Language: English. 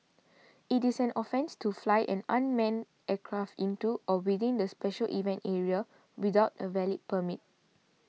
it is an offence to fly an unmanned aircraft into or within the special event area without a valid permit